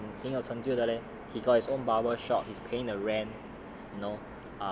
but 他现在是挺挺有成就的 leh he got his own barbershop he is paying the rent